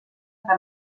que